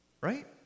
Right